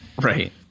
Right